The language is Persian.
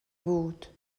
بود